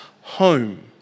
home